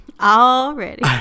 already